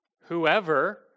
Whoever